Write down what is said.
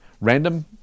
random